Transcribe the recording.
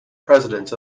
presidents